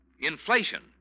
Inflation